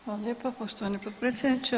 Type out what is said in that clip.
Hvala lijepo poštovani potpredsjedniče.